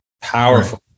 Powerful